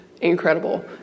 incredible